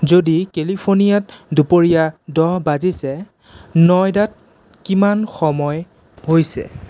যদি কেলিফৰ্নিয়াত দুপৰীয়া দহ বাজিছে নয়দাত কিমান সময় হৈছে